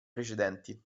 precedenti